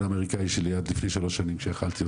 האמריקאי שלי עד לפני שלוש שנים כשיכולתי,